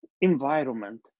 environment